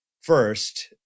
first